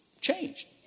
changed